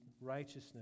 righteousness